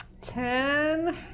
Ten